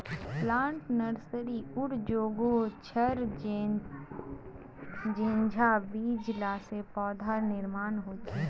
plant nursery उर जोगोह छर जेंछां बीज ला से पौधार निर्माण होछे